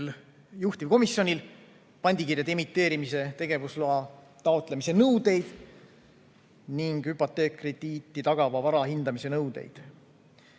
juhtivkomisjonil täpsustada pandikirjade emiteerimise tegevusloa taotlemise nõudeid ning hüpoteekkrediiti tagava vara hindamise nõudeid.